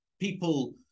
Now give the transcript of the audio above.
people